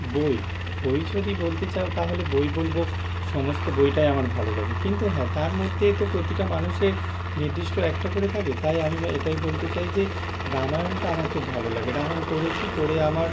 বই বই যদি বলতে চাও তাহলে বই বলবো সমস্ত বইটাই আমার ভালো লাগে কিন্তু হ্যাঁ তার মধ্যে তো প্রতিটা মানুষের নির্দিষ্ট একটা করে থাকে তাই আমি বা এটাই বলতে চাই যে রামায়ণটা আমার খুব ভালো লাগে রামায়ণ পড়েছি পড়ে আমার